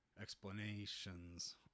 explanations